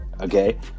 Okay